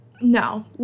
No